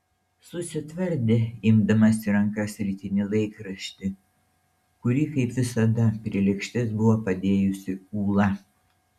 susitvardė imdamas į rankas rytinį laikraštį kurį kaip visada prie lėkštės buvo padėjusi ūla